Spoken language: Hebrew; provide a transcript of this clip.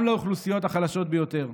גם לאוכלוסיות החלשות ביותר.